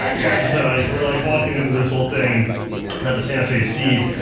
yeah we're like walking into this whole thing, and we're at the santa fe seed,